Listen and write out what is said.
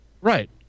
Right